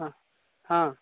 ହଁ ହଁ